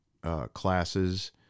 classes